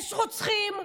יש רוצחים,